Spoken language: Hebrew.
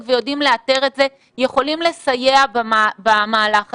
ויודעים לאתר את זה יכולים לסייע במהלך הזה.